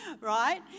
right